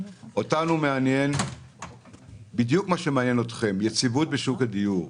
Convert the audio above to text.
אותנו מעניין בדיוק מה שמעניין אתכם יציבות בשוק הדיור.